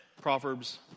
Proverbs